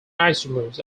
isomers